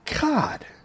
God